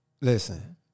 Listen